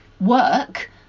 work